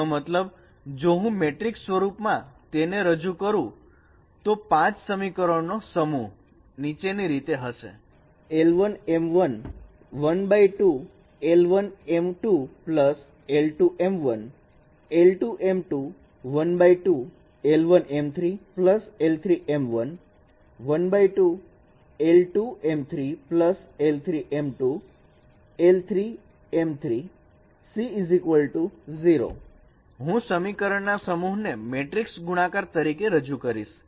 જેનો મતલબ જો હું મેટ્રિક સ્વરૂપમાં તેને રજૂ કરું તો પાંચ સમીકરણનો સમૂહ નીચેની રીતે હશે હું સમીકરણ ના સમૂહ ને મેટ્રિક્સ ગુણાકાર તરીકે રજુ કરીશ